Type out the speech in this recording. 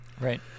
Right